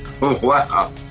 Wow